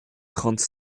trente